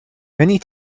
many